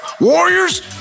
Warriors